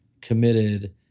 committed